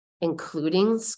including